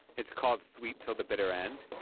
it's called sweet til the bitter end